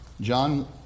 John